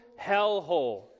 hellhole